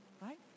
right